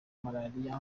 malaria